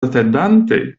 atendante